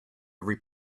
every